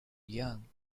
young